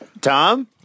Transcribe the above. Tom